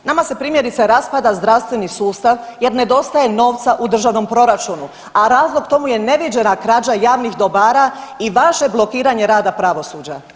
Nama se primjerice raspada zdravstveni sustav jer nedostaje novca u državnom proračunu, a razlog tomu je neviđena krađa javnih dobara i vaše blokiranje rada pravosuđa.